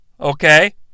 Okay